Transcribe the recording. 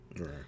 Right